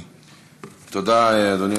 תודה, אדוני.